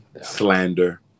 slander